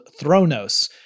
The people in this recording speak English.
Thronos